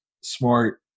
Smart